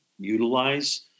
utilize